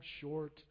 short